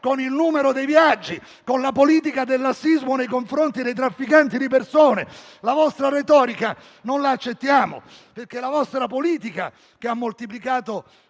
con il numero dei viaggi e con la politica del lassismo nei confronti dei trafficanti di persone. La vostra retorica non la accettiamo, perché è la vostra politica che ha moltiplicato